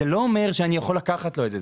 זה לא אומר שאני יכול לקחת לו את זה.